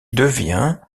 devient